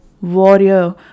warrior